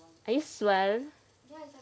are you sure